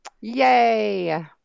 Yay